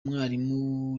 mwarimu